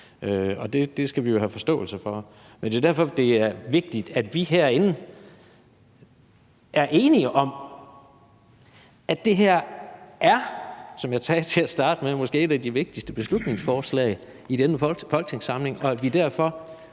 og det skal vi have forståelse for. Men det er derfor, det er vigtigt, at vi herinde er enige om, at det her – som jeg sagde til at starte med – måske er et af de vigtigste beslutningsforslag i denne folketingssamling, og at vi derfor